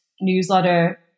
newsletter